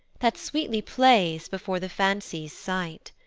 that sweetly plays before the fancy's sight.